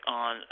on